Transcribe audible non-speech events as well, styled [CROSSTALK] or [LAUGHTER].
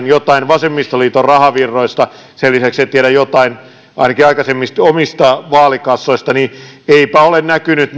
[UNINTELLIGIBLE] jotain vasemmistoliiton rahavirroista sen lisäksi että tiedän jotain ainakin aikaisemmista omista vaalikassoistani eipä ole näkynyt [UNINTELLIGIBLE]